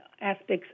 aspects